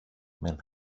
men